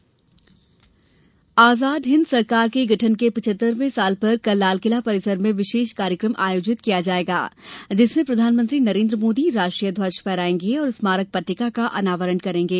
आजाद हिन्द मोदी आजाद हिन्द सरकार के गठन के पिचहत्तरवें साल पर कल लालकिला परिसर में विशेष कार्यक्रम आयोजित किया जायेगा जिसमें प्रधानमंत्री नरेन्द्र मोदी राष्ट्रीय ध्वज फहरायेंगे और स्मारक पद्दिटका का अनावरण करेंगे